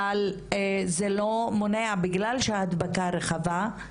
אבל זה לא מונע בגלל שההדבקה רחבה.